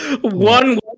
One